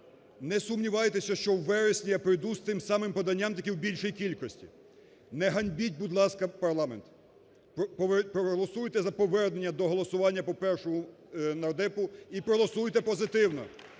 Не сумнівайтеся, що у вересні я прийду з тим самим поданням, тільки в більшій кількості. Не ганьбіть, будь ласка, парламент. Проголосуйте за повернення до голосування по першому нардепу і проголосуйте позитивно.